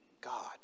God